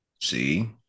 See